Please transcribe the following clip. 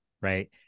right